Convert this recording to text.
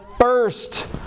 first